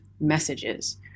messages